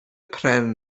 pren